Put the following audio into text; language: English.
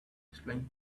explain